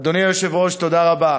אדוני היושב-ראש, תודה רבה.